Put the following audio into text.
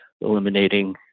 eliminating